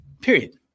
period